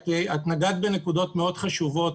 את נגעת בנקודות מאוד חשובות,